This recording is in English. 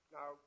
Now